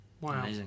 Wow